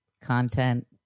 content